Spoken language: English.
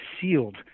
sealed